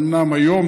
זה אומנם היום,